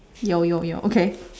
有有有 okay